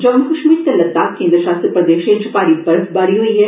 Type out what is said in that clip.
जम्मू कश्मीर ते लद्दाख केन्द्र शासत प्रदेशें च भारी बर्फबारी होई ऐ